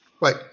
Right